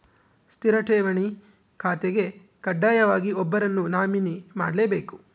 ಸ್ಥಿರ ಠೇವಣಿ ಖಾತೆಗೆ ಕಡ್ಡಾಯವಾಗಿ ಒಬ್ಬರನ್ನು ನಾಮಿನಿ ಮಾಡ್ಲೆಬೇಕ್